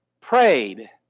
prayed